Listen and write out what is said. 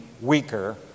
weaker